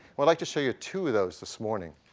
well, i like to show you two of those this morning.